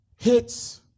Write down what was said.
hits